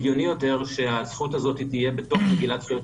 הגיוני יותר שהזכות הזאת תהיה בתוך מגילת זכויות